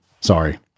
Sorry